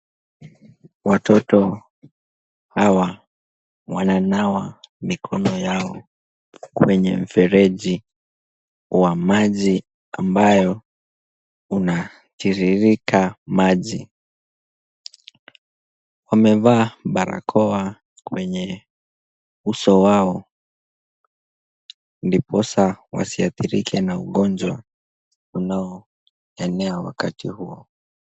Watoto hawa wananawa mikono yao kwenye mfereji wa maji ambayo unatiririka maji. Wamevaa barakoa kwenye uso wao. Ndiposa wasiathirike na ugonjwa unaoenea wakati huo.